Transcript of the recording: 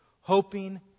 hoping